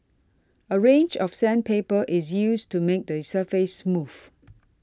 a range of sandpaper is used to make the surface smooth